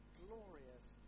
glorious